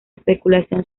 especulación